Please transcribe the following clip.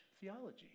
theology